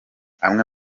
amwe